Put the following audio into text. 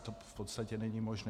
To v podstatě není možné.